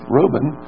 Reuben